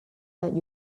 that